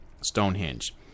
Stonehenge